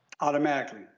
Automatically